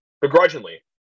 Begrudgingly